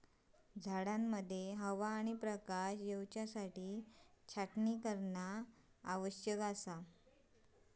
झाडांमध्ये हवा आणि प्रकाश येवसाठी छाटणी करणा आवश्यक असा